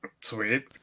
Sweet